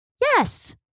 Yes